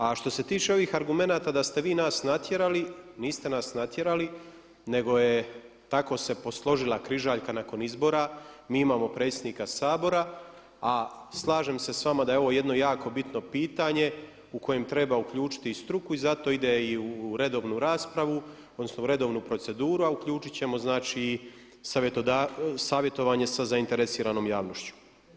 A što se tiče ovih argumenata da ste vi nas natjerali, niste nas natjerali nego se tako posložila križaljka nakon izbora, mi imamo predsjednika Sabora, a slažem se s vama da je ovo jedno jako bitno pitanje u kojem treba uključiti i struku i zato ide i u redovnu proceduru, a uključit ćemo i savjetovanje sa zainteresiranom javnošću.